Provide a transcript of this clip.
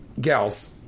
Gals